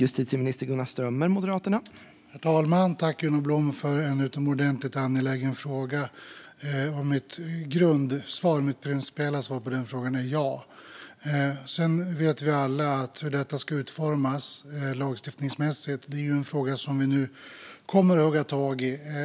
Herr talman! Tack, Juno Blom, för en utomordentligt angelägen fråga! Mitt principiella svar på den frågan är ja. Sedan vet vi alla att hur detta ska utformas lagstiftningsmässigt är något som vi nu kommer att ta tag i.